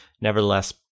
Nevertheless